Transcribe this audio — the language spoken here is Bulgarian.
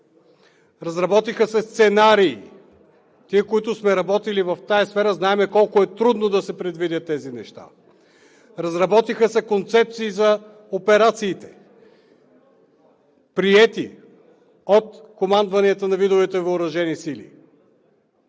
Разработиха се сценарии. Тези, които сме работили в тази сфера, знаем колко е трудно да се предвидят тези неща. Разработиха се концепции за операциите, приети от командванията на видовете въоръжени сили.